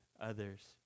others